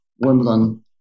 Wimbledon